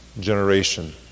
generation